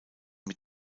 mit